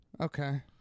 Okay